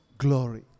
glory